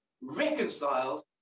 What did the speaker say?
reconciled